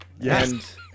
Yes